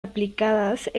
aplicadas